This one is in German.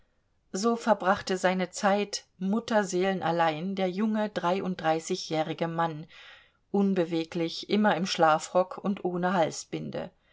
so verbrachte seine zeit mutterseelenallein der junge dreiunddreißigjährige mann unbeweglich immer im schlafrock und ohne halsbinde